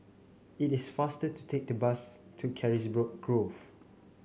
it is faster to take the bus to Carisbrooke Grove